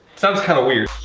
sounds kinda weird.